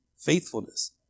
faithfulness